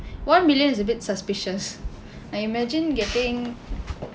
one million is a bit suspicious I imagine getting